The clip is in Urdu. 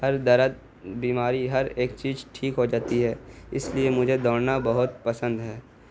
ہر درد بیماری ہر ایک چیز ٹھیک ہو جاتی ہے اس لیے مجھے دوڑنا بہت پسند ہے